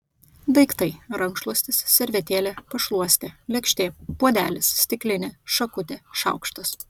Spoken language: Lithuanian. daiktai rankšluostis servetėlė pašluostė lėkštė puodelis stiklinė šakutė šaukštas